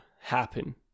happen